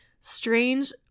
strange